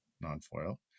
non-foil